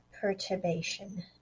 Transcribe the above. Perturbation